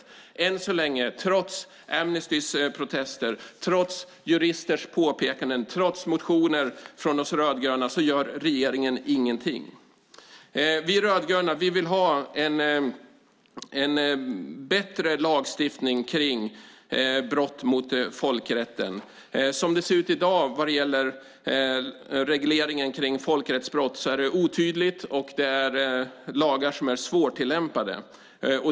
Men än så länge gör regeringen ingenting, trots Amnestys protester, juristers påpekanden och motioner från oss rödgröna. Vi rödgröna vill ha en bättre lagstiftning kring brott mot folkrätten. Som det ser ut i dag är regleringen kring folkrättsbrott otydlig, och lagarna är svårtillämpade.